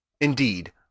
Indeed